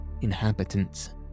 inhabitants